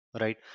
right